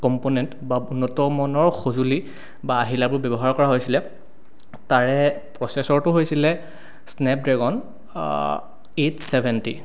component বা উন্নত মানৰ সজুঁলি বা আহিলাবোৰ ব্যৱহাৰ কৰা হৈছিলে তাৰে প্ৰচেচৰটো হৈছিলে স্নেপড্ৰেগন এইট চেভেণ্টি